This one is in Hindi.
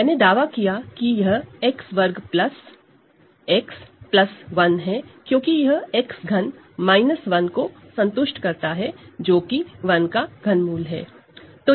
मैंने दावा किया कि यह X2 X 1 है क्योंकि यह X3 1 को संतुष्ट करता है जोकि 1 का क्यूब रूट है